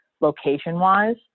location-wise